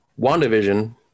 WandaVision